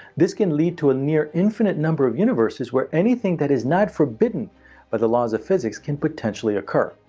this can lead to a near infinite number of universes where anything that is not forbidden by the laws of physics can potentially occur,